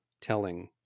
telling